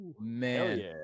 man